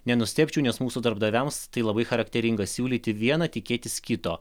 nenustebčiau nes mūsų darbdaviams tai labai charakteringa siūlyti viena tikėtis kito